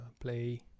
play